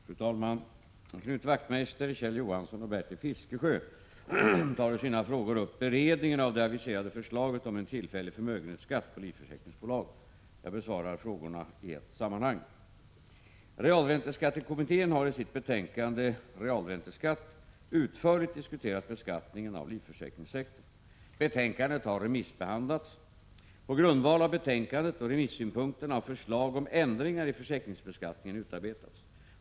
Fru talman! Knut Wachtmeister, Kjell Johansson och Bertil Fiskesjö tar i sina frågor upp beredningen av det aviserade förslaget om en tillfällig förmögenhetsskatt på livförsäkringsbolag. Jag besvarar frågorna i ett sammanhang. Realränteskattekommittén har i sitt betänkande, Realränteskatt, utförligt diskuterat beskattningen av livförsäkringssektorn. Betänkandet har remissbehandlats. På grundval av betänkandet och remissynpunkterna har förslag om ändringar i försäkringsbeskattningen utarbetats.